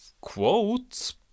Quotes